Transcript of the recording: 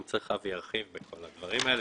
אם צריך, אבי ירחיב בכל הדברים האלה.